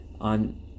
On